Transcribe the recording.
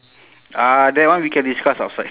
uh that one we can discuss outside